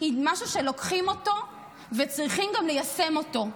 היא משהו שלוקחים אותו וצריכים גם ליישם אותו.